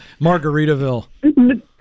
Margaritaville